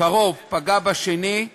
קרוב פגע בשני,